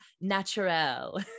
natural